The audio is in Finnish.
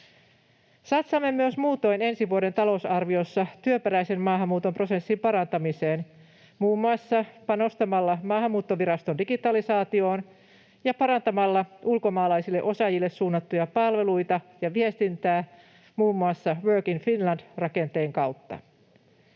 Satsaamme myös muutoin ensi vuoden talousarviossa työperäisen maahanmuuton prosessin parantamiseen, muun muassa panostamalla Maahanmuuttoviraston digitalisaatioon ja parantamalla ulkomaalaisille osaajille suunnattuja palveluita ja viestintää muun muassa Work in Finland ‑rakenteen kautta.